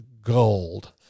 gold